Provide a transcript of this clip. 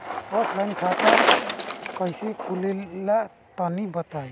Offline खाता कइसे खुलेला तनि बताईं?